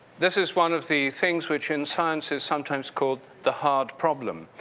this is one of the things which in science is sometimes called the hard problem,